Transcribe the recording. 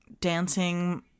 dancing